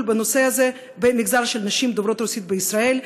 בנושא הזה במגזר של נשים דוברות רוסית בישראל,